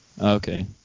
Okay